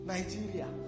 Nigeria